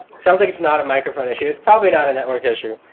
sounds like it's not a microphone issue. it's probably not a network issue.